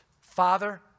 Father